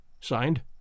Signed